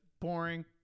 Boring